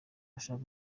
bashaka